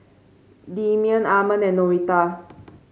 Demian Armond and Noretta